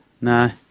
No